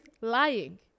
lying